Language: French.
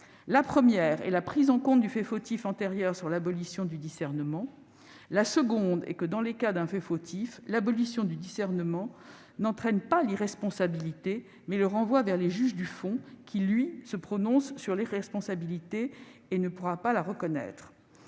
la première est la prise en compte du fait fautif antérieur sur l'abolition du discernement ; la seconde est que, dans le cas d'un fait fautif, l'abolition du discernement entraîne non pas l'irresponsabilité, mais le renvoi vers le juge du fond, qui, lui, se prononce sur l'irresponsabilité et pourra ne pas la reconnaître.